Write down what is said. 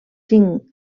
cinc